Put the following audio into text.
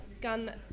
Gun